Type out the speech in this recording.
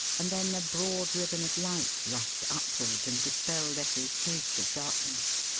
and then a broad ribbon of light rushed upward and dispelled every trace of darkness.